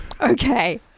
Okay